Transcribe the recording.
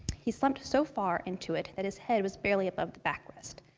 he slumped so far into it that his head was barely above the backrest.